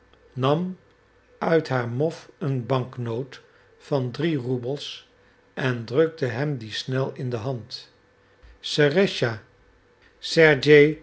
nam uit haar mof een banknoot van drie roebels en drukte hem die snel in de hand serëscha sergej